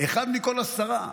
אחד מכל עשרה